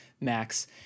max